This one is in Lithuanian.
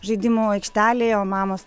žaidimų aikštelėje o mamos